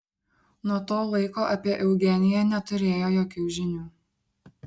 nuo to laiko apie eugeniją neturėjo jokių žinių